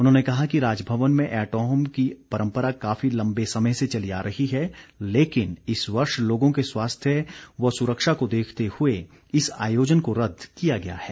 उन्होंने कहा कि राजभवन में ऐट होम की परंपरा काफी लंबे समय से चली आ रही है लेकिन इस वर्ष लोगों के स्वास्थ्य व सुरक्षा को देखते हुए इस आयोजन को रदद किया गया है